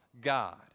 God